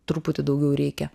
truputį daugiau reikia